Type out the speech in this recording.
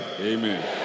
Amen